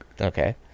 okay